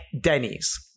Denny's